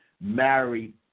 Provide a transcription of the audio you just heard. married